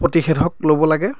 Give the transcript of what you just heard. প্ৰতিষেধক ল'ব লাগে